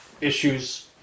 issues